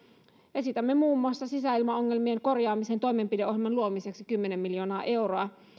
esitämme muun muassa sisäilmanongelmien korjaamisen toimenpideohjelman luomiseksi kymmenen miljoonaa euroa